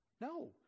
No